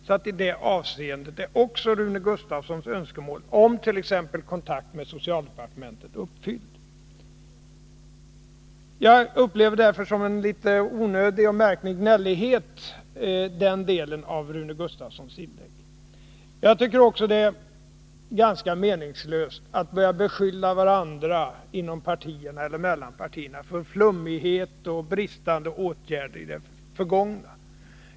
I det avseendet är alltså Rune Gustavssons önskemål om t.ex. kontakt med socialdepartementet också uppfyllt. Jag upplever därför den delen av Rune Gustavssons inlägg som en litet onödig och märklig gnällighet. Jag tycker också att det är ganska meningslöst att börja beskylla varandra Nr 36 inom partierna eller mellan partierna för flummighet eller bristande åtgärder Måndagen den idet förgångna.